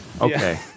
okay